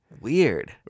Weird